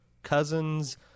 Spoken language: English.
cousin's